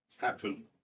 happen